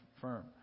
firm